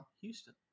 Houston